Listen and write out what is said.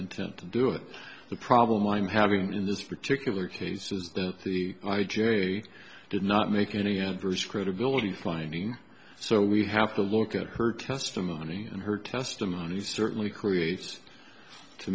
intent to do it the problem i'm having in this particular cases i jerry did not make any adverse credibility finding so we have to look at her testimony and her testimony certainly creates to